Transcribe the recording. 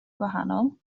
gwahanol